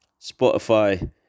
Spotify